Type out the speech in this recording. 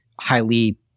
highly